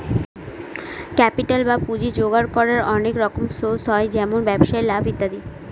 capital বা পুঁজি জোগাড় করার অনেক রকম সোর্স হয় যেমন ব্যবসায় লাভ ইত্যাদি